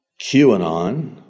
QAnon